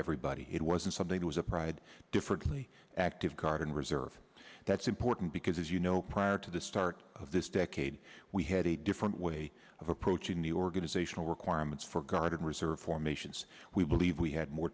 everybody it wasn't something that was a pride differently active guard and reserve that's important because as you know prior to the start of this decade we had a different way of approaching the organizational requirements for guard and reserve formations we believe we had more